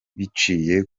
biciye